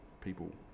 people